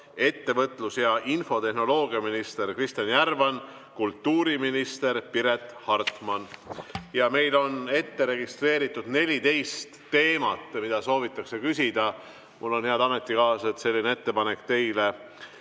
ettevõtlus‑ ja infotehnoloogiaminister Kristjan Järvan ja kultuuriminister Piret Hartman. Meil on ette registreeritud 14 teemat, mille kohta soovitakse küsida. Mul on, head ametikaaslased, selline ettepanek teile,